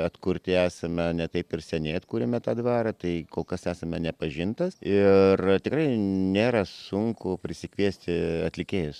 atkurti esame ne taip ir seniai atkūrėme tą dvarą tai kol kas esame neatpažintas ir tikrai nėra sunku prisikviesti atlikėjus